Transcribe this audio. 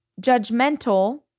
judgmental